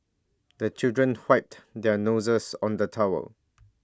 the children wiped their noses on the towel